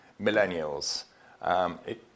millennials